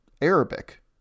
Arabic